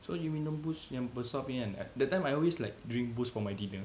so you minum Boost yang besar punya that time I always like drink Boost for my dinner